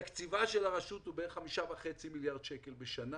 תקציבה של הרשות הוא בערך 5.5 מיליארד שקלים בשנה,